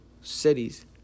cities